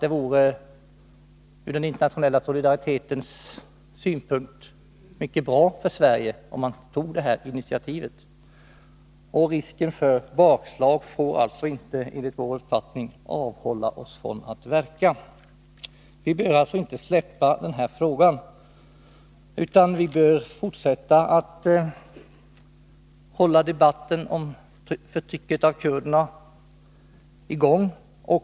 Det vore från den internationella solidaritetens synpunkt mycket bra för Sverige, om vi tog detta initiativ. Risken för bakslag får enligt vår mening inte avhålla Sverige från att verka. Vi får inte släppa denna fråga, utan vi bör fortsätta att hålla debatten om förtrycket av kurderna i gång.